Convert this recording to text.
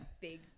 Big